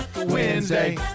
Wednesday